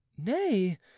Nay